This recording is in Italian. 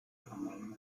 problemi